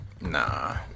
Nah